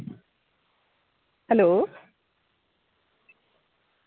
hello